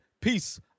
Peace